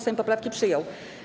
Sejm poprawki przyjął.